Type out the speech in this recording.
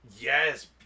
Yes